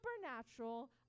Supernatural